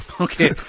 Okay